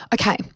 Okay